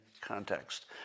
context